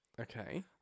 Okay